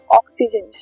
oxygen